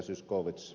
zyskowicz